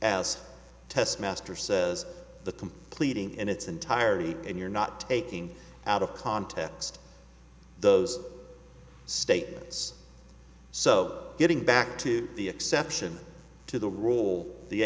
as test master says the completing in its entirety and you're not taking out of context those statements so getting back to the exception to the rule the